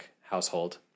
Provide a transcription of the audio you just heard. household